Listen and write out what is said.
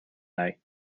night